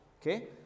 Okay